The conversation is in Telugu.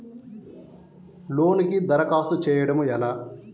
లోనుకి దరఖాస్తు చేయడము ఎలా?